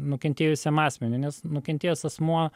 nukentėjusiam asmeniui nes nukentėjęs asmuo